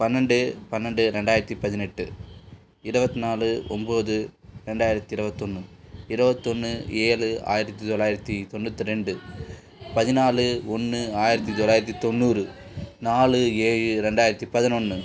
பன்னெண்டு பன்னெண்டு ரெண்டாயிரத்து பதினெட்டு இருபத்னாலு ஒம்பது ரெண்டாயிரத்து இருவத்தொன்று இருவத்தொன்று ஏழு ஆயிரத்து தொள்ளாயிரத்தி தொண்ணுாத்திரெண்டு பதினாலு ஒன்று ஆயிரத்து தொள்ளாயிரத்தி தொண்ணூறு நாலு ஏழு ரெண்டாயிரத்து பதினொன்று